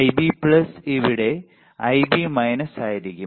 Ib ഇവിടെ Ib ആയിരിക്കും